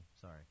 Sorry